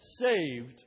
saved